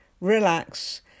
relax